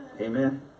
Amen